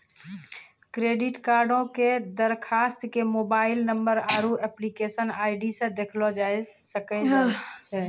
credit कार्डो के दरखास्त के मोबाइल नंबर आरु एप्लीकेशन आई.डी से देखलो जाय सकै छै